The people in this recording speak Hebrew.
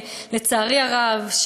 לצערי הרב,